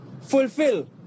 fulfill